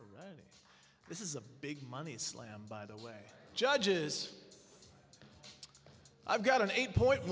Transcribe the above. their this is a big money slam by the way judges i've got an eight point